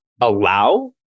allow